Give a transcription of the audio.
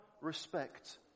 respect